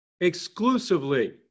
Exclusively